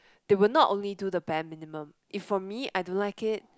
they would not only do the bare minimum if for me I don't like it